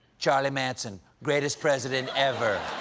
charlie manson. greatest president ever.